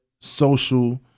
social